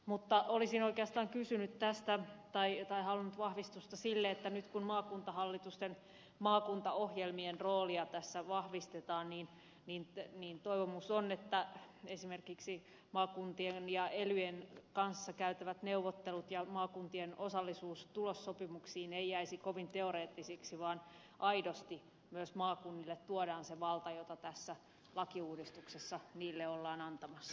mutta olisin oikeastaan halunnut vahvistusta sille toiveelle että nyt kun maakuntahallitusten maakuntaohjelmien roolia tässä vahvistetaan niin esimerkiksi maakuntien ja elyjen kanssa käytävät neuvottelut ja maakuntien osallisuus tulossopimuksiin eivät jäisi kovin teoreettisiksi vaan aidosti myös maakunnille tuodaan se valta jota tässä lakiuudistuksessa niille ollaan antamassa